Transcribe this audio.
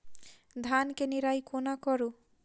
धान केँ निराई कोना करु?